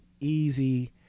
easy